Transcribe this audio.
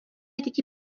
děti